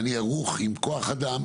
אני ערוך עם כוח אדם,